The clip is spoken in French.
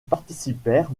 participèrent